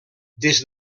des